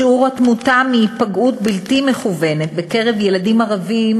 שיעור התמותה מהיפגעות בלתי מכוונת בקרב ילדים ערבים